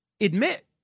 admit